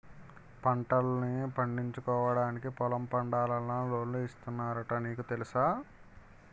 పంటల్ను పండించుకోవడానికి పొలం పండాలన్నా లోన్లు ఇస్తున్నారట నీకు తెలుసా?